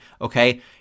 okay